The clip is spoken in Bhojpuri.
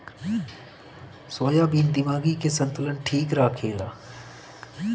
सोयाबीन दिमागी के संतुलन ठीक रखेला